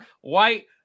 white